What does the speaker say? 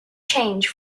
change